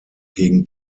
gegen